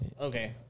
Okay